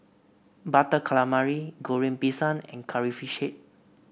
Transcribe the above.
Butter Calamari Goreng Pisang and Curry Fish Head